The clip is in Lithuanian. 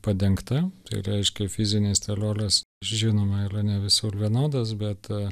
padengta tai reiškia fizinis teroras žinoma yra ne visur vienodas bet